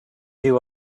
you